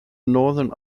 northern